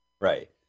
Right